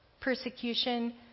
persecution